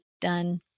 done